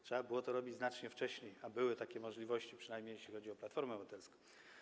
Trzeba było to robić znacznie wcześniej, a były takie możliwości, przynajmniej jeśli chodzi o Platformę Obywatelską.